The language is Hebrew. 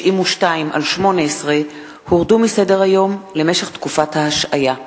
ו-פ/2692/18, הורדו מסדר-היום למשך תקופת ההשעיה.